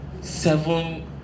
seven